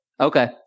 Okay